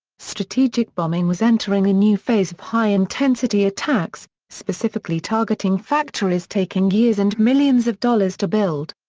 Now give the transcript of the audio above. strategic bombing was entering a new phase of high-intensity attacks, specifically targeting factories taking years and millions of dollars to build.